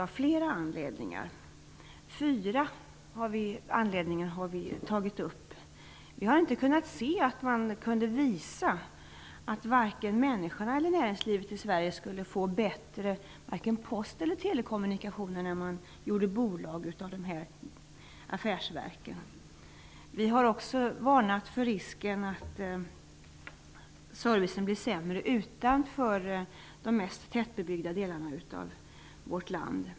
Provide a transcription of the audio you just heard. Vi har tagit upp fyra anledningar. Vi har inte kunnat se att man visat att vare sig människorna eller näringslivet i Sverige skulle få bättre post eller telekommunikationer när man gjort bolag av dessa affärsverk. Vi har också varnat för risken att servicen blir sämre utanför de mest tättbebyggda delarna av vårt land.